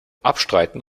abstreiten